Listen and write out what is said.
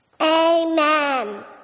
Amen